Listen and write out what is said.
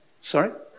Sorry